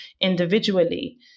individually